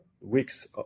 weeks